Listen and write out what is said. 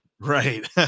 Right